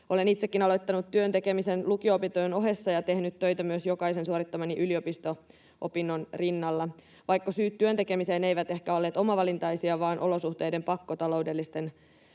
Olen itsekin aloittanut työn tekemisen lukio-opintojen ohessa ja tehnyt töitä myös jokaisen suorittamani yliopisto-opinnon rinnalla. Vaikka syyt työn tekemiseen eivät ehkä olleet omavalintaisia vaan olosuhteiden pakko taloudellisesta